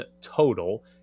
total